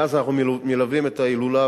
מאז אנחנו מלווים את ההילולה